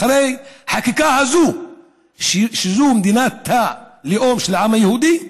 אחרי החקיקה הזאת שזו מדינת הלאום של העם היהודי,